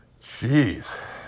Jeez